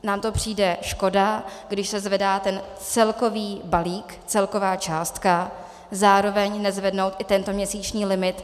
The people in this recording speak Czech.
Nám to přijde škoda, když se zvedá celkový balík, celková částka, zároveň nezvednout i tento měsíční limit.